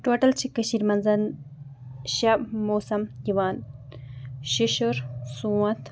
total چھِ کٔشیٖرِ منٛز شےٚ موسم یِوان شِشُر سونٛتھ